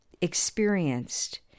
experienced